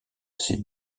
ses